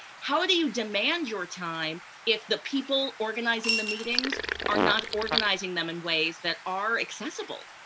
how do you demand your time if the people organizing the meetings are not organizing them in ways that are accessible?